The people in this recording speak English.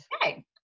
Okay